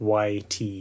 YT